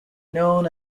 known